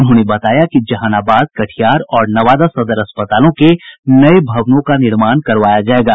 उन्होंने बताया कि जहानाबाद कटिहार और नवादा सदर अस्पतालों के नये भवनों का निर्माण कराया जायेगा